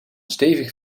stevig